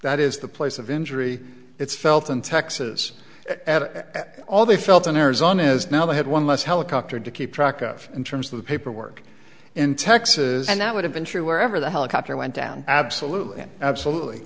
that is the place of injury it's felt in texas at all they felt honors on is now they had one less helicopter to keep track of in terms of the paperwork in texas and that would have been true wherever the helicopter went down absolutely absolutely